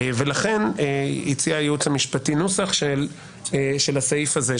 ולכן הציע הייעוץ המשפטי נוסח של הסעיף הזה,